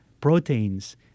proteins